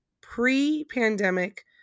pre-pandemic